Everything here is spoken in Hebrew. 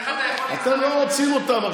איך אתה יכול להצטרף, אתם לא רוצים אותם.